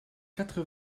quatre